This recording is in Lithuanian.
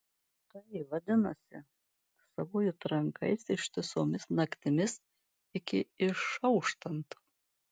tai vadinasi savuoju trankaisi ištisomis naktimis iki išauštant